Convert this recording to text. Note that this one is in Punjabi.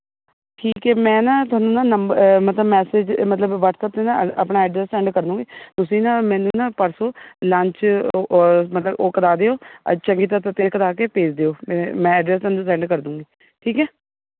ਠੀਕੇ ਮੈਂ ਨਾ ਤੁਹਾਨੂੰ ਨਾ ਨੰਬ ਮਤਲਬ ਮੈਸਜ਼ ਮਤਲਬ ਵਟਸਐਪ 'ਤੇ ਨਾ ਆਪਣਾ ਐਡਰੈੱਸ ਸੈਂਡ ਕਰਦੂਂਗੀ ਤੁਸੀਂ ਨਾ ਮੈਨੂੰ ਨਾ ਪਰਸੋਂ ਲੰਚ ਮਤਲਬ ਉਹ ਕਰਾ ਦਿਓ ਚੰਗੀ ਤਰ੍ਹਾਂ ਪਰੀਪੇਅਰ ਕਰਵਾ ਕੇ ਭੇਜ ਦਿਓ ਮੈਂ ਐਡਰੈੱਸ ਤੁਹਾਨੂੰ ਸੈਂਡ ਕਰਦੂਂਗੀ ਠੀਕ ਹੈ